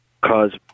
Cause